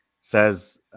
says